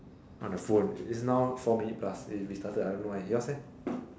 on the phone it's now four minute plus it restarted I don't know why yours leh